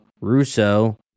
Russo